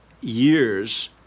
years